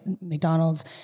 McDonald's